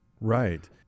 right